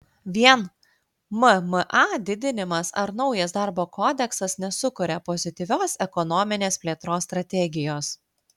vien mma didinimas ar naujas darbo kodeksas nesukuria pozityvios ekonominės plėtros strategijos